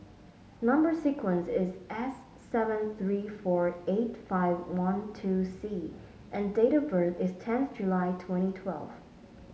number sequence is S seven three four eight five one two C and date of birth is tenth July twenty twelfth